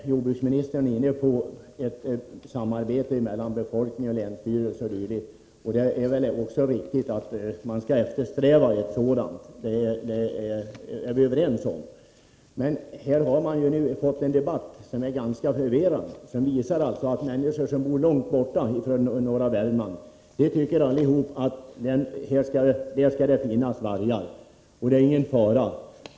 Jordbruksministern var inne på ett samarbete mellan befolkningen och länsstyrelsen etc. Det är väl riktigt att man skall eftersträva ett sådant samarbete — det är vi överens om. Den debatt som uppstått i detta sammanhang är emellertid ganska förvirrad. Människor som är bosatta långt från norra Värmland tycker att det skall finnas vargar där; de anses då inte utgöra någon fara.